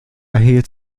erhielt